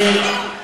בדיוק.